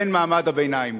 בן מעמד הביניים.